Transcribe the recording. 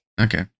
Okay